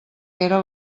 era